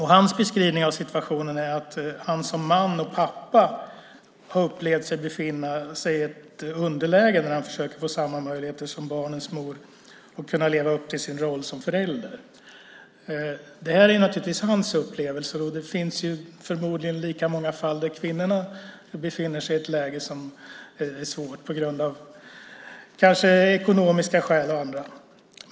Hans beskrivning av situationen är att han som man och pappa har upplevt sig befinna sig i ett underläge när han försökt få samma möjligheter som barnens mor att leva upp till sin roll som förälder. Det här är naturligtvis hans upplevelser, och det finns förmodligen lika många fall där kvinnor kanske av ekonomiska eller andra skäl befinner sig i ett svårt läge.